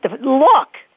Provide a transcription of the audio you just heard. look